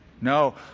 No